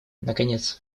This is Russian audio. наконец